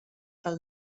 del